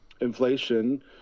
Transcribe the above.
inflation